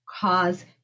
cause